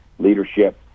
Leadership